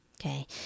Okay